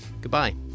goodbye